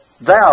thou